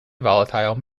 volatile